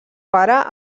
pare